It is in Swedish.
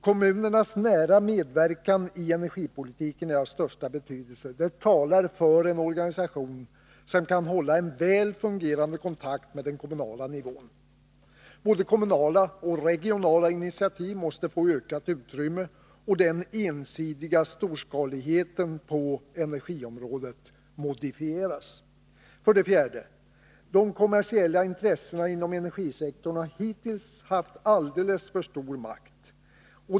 Kommunernas nära medverkan i energipolitiken är av största betydelse. Det talar för en organisation som kan hålla en väl fungerande kontakt med den kommunala nivån. Både kommunala och regionala initiativ måste få ökat utrymme och den ensidiga storskaligheten på energiområdet modifieras. 4. De kommersiella intressena inom energisektorn har hittills haft alldeles för stor makt.